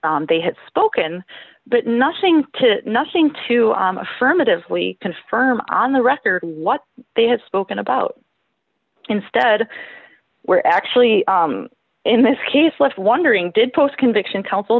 they had spoken but nothing to nothing to affirmatively confirm on the record what they had spoken about instead were actually in this case left wondering did post conviction council